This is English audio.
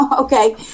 Okay